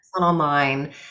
online